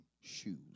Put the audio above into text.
shoes